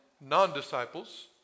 non-disciples